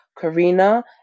Karina